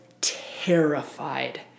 terrified